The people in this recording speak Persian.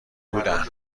بودن